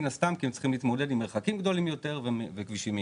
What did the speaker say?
מן הסתם כי הם צריכים להתמודד עם מרחקים גדולים יותר וכבישים מהירים.